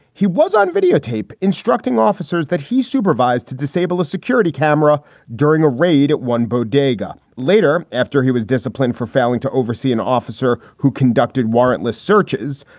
he was on videotape instructing officers that he supervised to disable a security camera during a raid at one bodega. later, after he was disciplined for failing to oversee an officer who conducted warrantless searches,